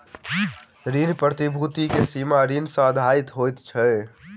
ऋण प्रतिभूति के सीमा ऋण सॅ आधारित होइत अछि